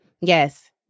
Yes